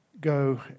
go